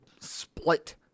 split